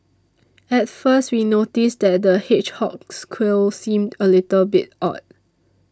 at first we noticed that the hedgehog's quills seemed a little bit odd